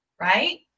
right